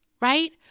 right